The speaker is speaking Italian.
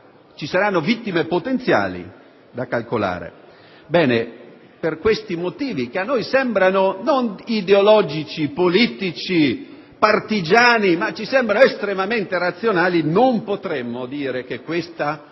ci saranno vittime potenziali da calcolare. Per questi motivi, che a noi sembrano non ideologici, politici o partigiani, ma estremamente razionali, non potremmo dire che questa